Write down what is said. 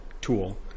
tool